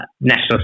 national